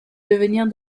devenir